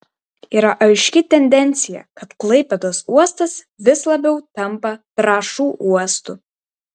yra aiški tendencija kad klaipėdos uostas vis labiau tampa trąšų uostu